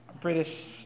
British